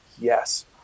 Yes